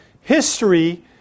history